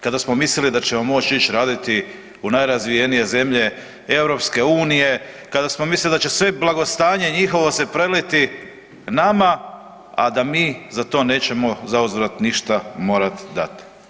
Kada smo mislili da ćemo moći ić raditi u najrazvijenije zemlje EU-a, kada smo mislili da će sve blagostanje njihovo se preliti nama, a da mi za to nećemo zauzvrat ništa morat dat.